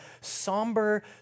somber